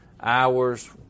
hours